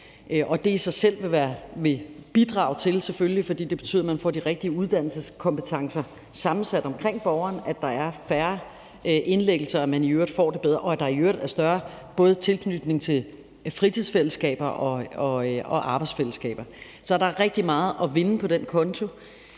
Det i sig selv vil selvfølgelig bidrage til, fordi det betyder, at man får de rigtige uddannelseskompetencer sammensat omkring borgeren, at der er færre indlæggelser, og at borgeren får det bedre, og at der i øvrigt er større tilknytning til både fritidsfællesskaber og arbejdsfællesskaber. Så der er rigtig meget at vinde på den konto.